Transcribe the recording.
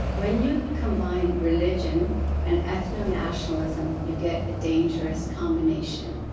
when you combine religion and ethno-nationalism, you get a dangerous combination.